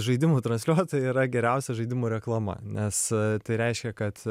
žaidimų transliuotojai yra geriausia žaidimų reklama nes tai reiškia kad